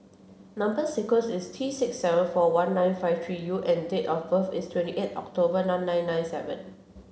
number sequence is T six seven four one nine five three U and date of birth is twenty eight October nine nine nine seven